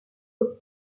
ouest